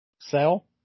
Sell